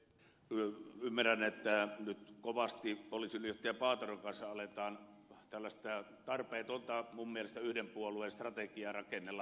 ymmärrän että nyt kovasti poliisiylijohtaja paateron kanssa aletaan tällaista minun mielestäni tarpeetonta yhden puolueen strategiaa rakennella